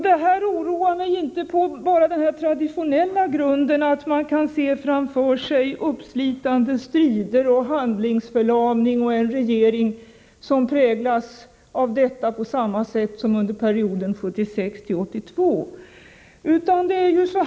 Detta oroar mig, inte bara på den traditionella grunden att man kan se framför sig uppslitande strider, handlingsförlamning och en regering som präglas av detta på samma sätt som under perioden 1976-1982.